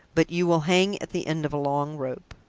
but you will hang at the end of a long rope.